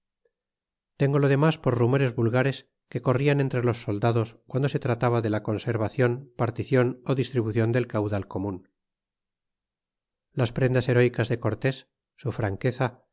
tengo lo demos por rumores vulgares que corrian entre los soldados piando se trataba je la conservacion particion o distribucion del caudal comun las prendas heróicas de cortes su franqueza